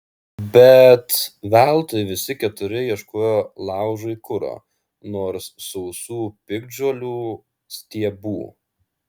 bet veltui visi keturi ieškojo laužui kuro nors sausų piktžolių stiebų